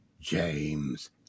James